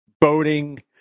boating